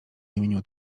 imieniu